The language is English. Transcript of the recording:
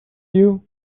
you